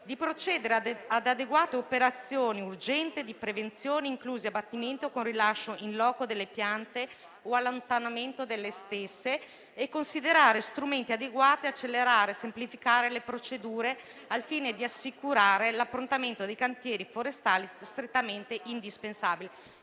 di procedere ad adeguate operazioni urgenti di prevenzione, inclusi abbattimento con rilascio *in loco* delle piante o allontanamento delle stesse, e considerare strumenti adeguati ad accelerare e semplificare le procedure al fine di assicurare l'approntamento dei cantieri forestali strettamente indispensabili.